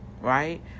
right